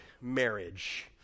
marriage